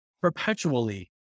perpetually